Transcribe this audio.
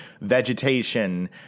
vegetation